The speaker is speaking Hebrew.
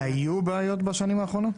והיו בעיות בשנים האחרונות?